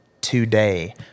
today